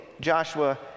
Joshua